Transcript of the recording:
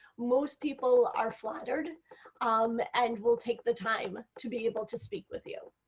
most people are flattered um and will take the time to be able to speak with you.